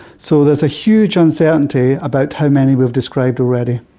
so there's a huge uncertainty about how many we've described already,